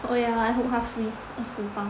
oh yeah I hope 他 free